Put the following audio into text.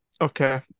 Okay